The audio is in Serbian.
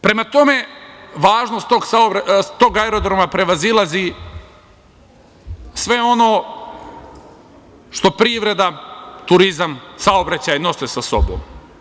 Prema tome, važnost tog aerodroma prevazilazi sve ono što privreda, turizam, saobraćaj nose sa sobom.